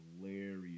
hilarious